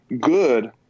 good